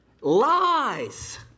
Lies